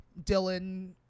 Dylan